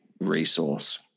resource